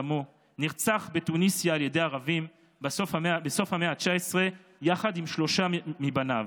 נרצח בתוניסיה על ידי ערבים בסוף המאה ה-19 יחד עם שלושה מבניו.